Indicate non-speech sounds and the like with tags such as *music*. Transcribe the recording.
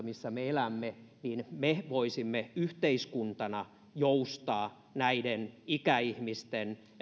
*unintelligible* missä me elämme me voisimme yhteiskuntana joustaa näiden ikäihmisten